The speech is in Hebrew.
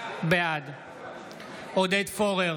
בעד עודד פורר,